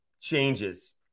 changes